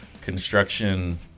construction